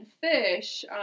fish